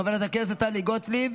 חברת הכנסת טלי גוטליב,